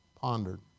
Pondered